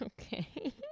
Okay